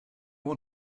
want